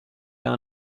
are